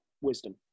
wisdom